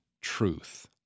truth